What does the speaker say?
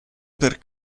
per